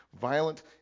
Violent